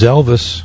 Elvis